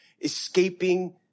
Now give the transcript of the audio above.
escaping